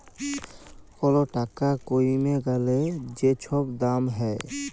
call টাকা কইমে গ্যালে যে ছব দাম হ্যয়